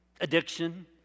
Addiction